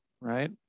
right